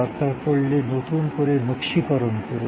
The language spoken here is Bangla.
দরকার পড়লে নতুন করে নকশীকরণ করুন